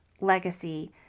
legacy